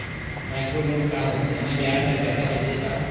Micro loan का होथे येमा ब्याज दर जादा होथे का?